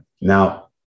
Now